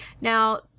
Now